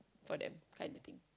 for them find the thing